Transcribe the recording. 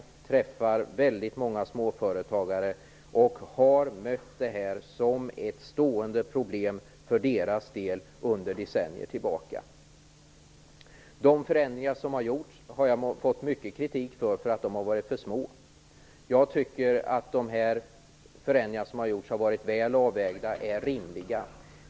Jag träffar väldigt många småföretagare, och jag har mött detta som ett stående problem för deras del under decennier tillbaka. De förändringar som har gjorts har jag fått mycket kritik för, eftersom man ansett dem vara för små. Jag tycker att de förändringar som genomförts varit väl avvägda och är rimliga.